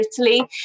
italy